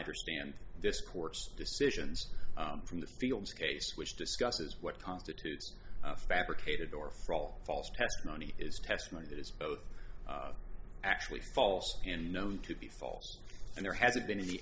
understand this court's decisions from the fields case which discusses what constitutes fabricated or for all false testimony is testimony that is both actually false and known to be false and there hasn't been any